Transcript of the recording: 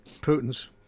Putin's